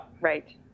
Right